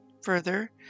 Further